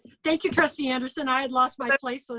thank you, trustee anderson, i had lost my place. sort of